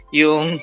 yung